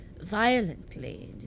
violently